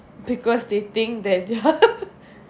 because they think that